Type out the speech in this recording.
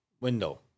window